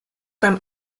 beim